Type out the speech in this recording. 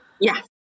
Yes